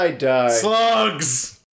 Slugs